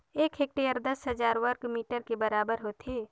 एक हेक्टेयर दस हजार वर्ग मीटर के बराबर होथे